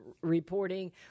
reporting